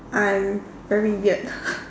I'm very weird